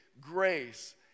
grace